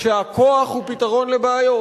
שהכוח הוא פתרון לבעיות.